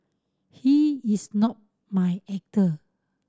he is not my actor